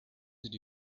did